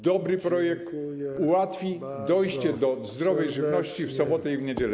Dobry projekt ułatwi dojście do zdrowej żywności w soboty i niedziele.